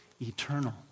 eternal